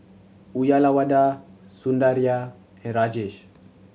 Uyyalawada Sundaraiah and Rajesh